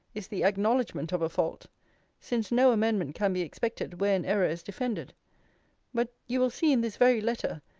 is the acknowledgement of a fault since no amendment can be expected where an error is defended but you will see in this very letter,